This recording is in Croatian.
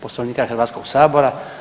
Poslovnika Hrvatskog sabora.